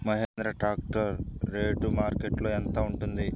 Mahindra tractor rate మార్కెట్లో యెంత ఉంటుంది?